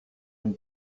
une